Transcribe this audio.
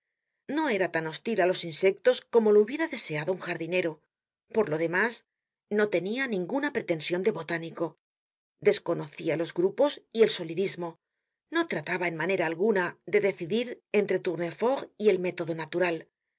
no era tan hostil á los insectos como lo hubiera deseado un jardinero por lo demás no tenia ninguna pretension de botánico desconocia los grupos y el solidismo no trataba en manera alguna de decidir entre tournefort y el método natural no